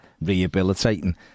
rehabilitating